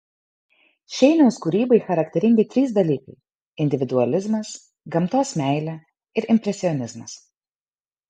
šeiniaus kūrybai charakteringi trys dalykai individualizmas gamtos meilė ir impresionizmas